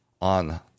on